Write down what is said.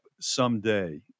someday